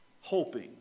hoping